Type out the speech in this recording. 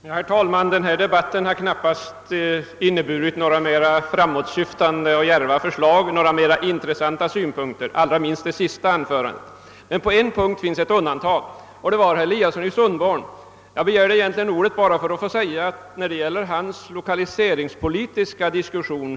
Herr talman! I denna debatt har knappast framförts några mera framåt syftande eller djärva förslag eller några mera intressanta synpunkter, allra minst i det senaste anförandet. Men det finns ett undantag, och det är herr Eliasson i Sundborn. Jag begärde egentligen ordet bara för att få säga att jag till hundra procent kan instämma i hans lokaliseringspolitiska synpunkter.